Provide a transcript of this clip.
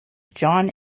john